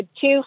two